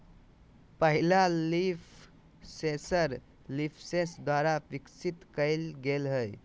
पहला leaf sensor LeafSense द्वारा विकसित कइल गेलय हल